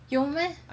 有 meh